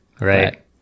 right